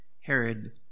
Herod